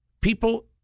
People